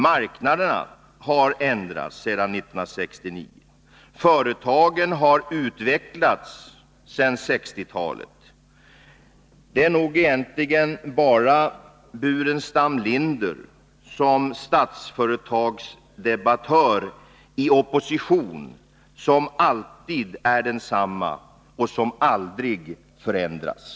Marknaderna har ändrats sedan 1969, och företagen har utvecklats sedan 1960-talet. Det är nog egentligen bara Staffan Burenstam Linder, som Statsföretagsdebattör i opposition, som alltid är densamme och som aldrig förändras.